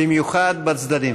במיוחד בצדדים.